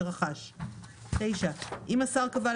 שרכש; (9)אם השר קבע,